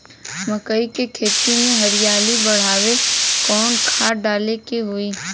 मकई के खेती में हरियाली बढ़ावेला कवन खाद डाले के होई?